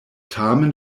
tamen